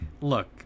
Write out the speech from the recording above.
Look